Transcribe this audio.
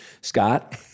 Scott